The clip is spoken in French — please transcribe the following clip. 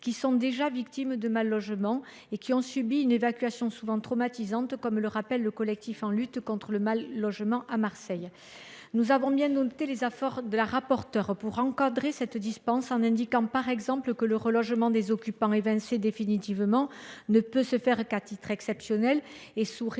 qui sont déjà victimes de mal logement et qui ont subi une évacuation souvent traumatisante, comme le rappelle le collectif de lutte contre le mal logement de Marseille. Nous avons bien noté les efforts de Mme la rapporteure pour encadrer cette dispense, en prévoyant par exemple que le relogement des occupants évincés définitivement ne puisse se faire qu’à titre exceptionnel et sous réserve